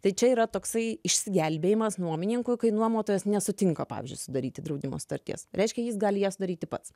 tai čia yra toksai išsigelbėjimas nuomininkui kai nuomotojas nesutinka pavyzdžiui sudaryti draudimo sutarties reiškia jis gali ją sudaryti pats